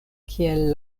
kiel